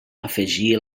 afegir